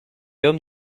homme